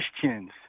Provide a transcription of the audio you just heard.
Christians